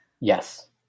Yes